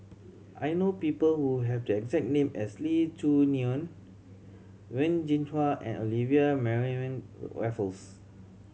I know people who have the exact name as Lee Choo Neo Wen Jinhua and Olivia Mariamne Raffles